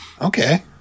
Okay